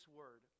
word